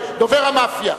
דובר המאפיה.